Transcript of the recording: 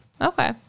Okay